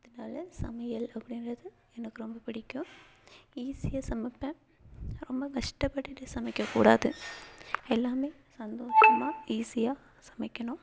அதனால் சமையல் அப்படின்றது எனக்கு ரொம்ப பிடிக்கும் ஈஸியாக சமைப்பேன் ரொம்ப கஷ்டப்பட்டுட்டு சமைக்கக்கூடாது எல்லாமே சந்தோசமாக ஈஸியாக சமைக்கணும்